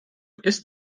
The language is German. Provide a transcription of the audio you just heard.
ist